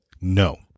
no